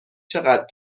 چقدر